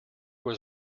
was